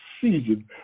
season